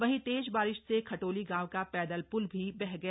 वही तेज बारिश से खटोली गांव का पैदल पृल भी बह गया